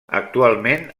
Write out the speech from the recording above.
actualment